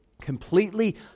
completely